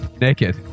naked